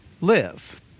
live